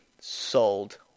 Sold